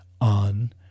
on